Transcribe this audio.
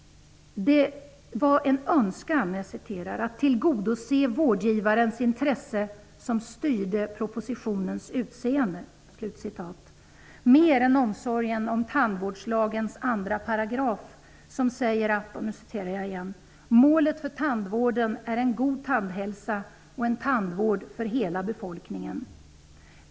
Det som styrde propositionens utseende var en önskan att tillgodose vårdgivarens intresse mer än omsorgen om tandvårdslagens 2 §. Lagen säger: ''Målet för tandvården är en god tandhälsa och en tandvård på lika villkor för hela befolkningen.''